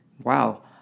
Wow